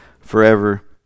forever